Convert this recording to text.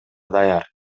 даяр